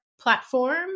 platform